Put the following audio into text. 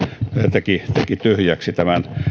teki teki tyhjäksi tämän